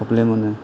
problem मोनो